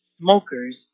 smokers